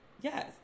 Yes